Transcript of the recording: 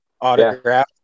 autograph